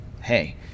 hey